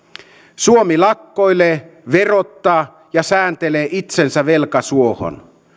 suomi lakkoilee verottaa ja sääntelee itsensä velkasuohon